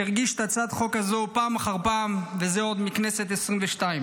שהציג את הצעת החוק הזאת פעם אחר פעם וזה עוד מהכנסת העשרים-ושתיים.